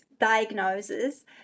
diagnoses